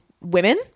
women